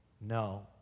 no